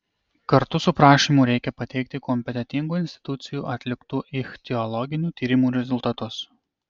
kartu su prašymu reikia pateikti kompetentingų institucijų atliktų ichtiologinių tyrimų rezultatus